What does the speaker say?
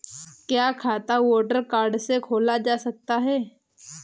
क्या खाता voter card से खोला जा सकता है?